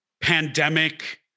pandemic